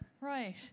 right